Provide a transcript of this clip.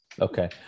Okay